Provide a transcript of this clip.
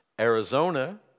Arizona